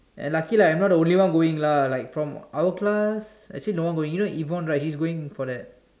and luckily I'm not the only one lah like from our class actually no one going you know Yvonne right he's going for that